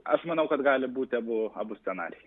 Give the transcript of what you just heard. aš manau kad gali būti abu abu scenarijai